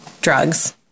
drugs